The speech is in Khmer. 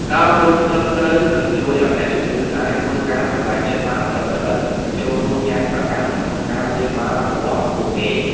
ការអប់រំត្រឹមត្រូវនឹងជួយឱ្យអ្នកជំងឺអាចធ្វើការសម្រេចចិត្តបានត្រឹមត្រូវនិងចូលរួមយ៉ាងសកម្មនៅក្នុងការព្យាបាលរបស់ពួកគេ។